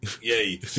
Yay